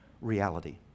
reality